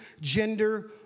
gender